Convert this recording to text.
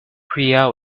priya